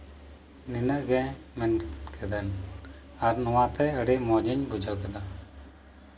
ᱱᱤᱱᱟᱹᱜ ᱜᱮ ᱢᱮᱱ ᱠᱤᱫᱟᱹᱧ ᱟᱨ ᱱᱚᱣᱟᱛᱮ ᱟᱹᱰᱤ ᱢᱚᱡᱤᱧ ᱵᱩᱡᱷᱟᱹᱣ ᱠᱮᱫᱟ